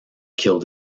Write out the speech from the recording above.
killed